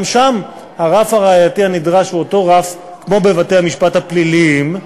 גם שם הרף הראייתי הנדרש הוא אותו רף כמו בבתי-המשפט הפליליים,